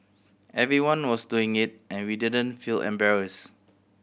everyone was doing it and we didn't feel embarrassed